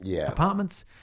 apartments